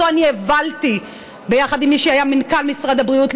הובלתי יחד עם מי שהיה מנכ"ל משרד הבריאות,